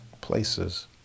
places